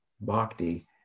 Bhakti